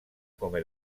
come